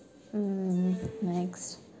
next